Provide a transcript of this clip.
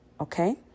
Okay